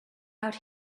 out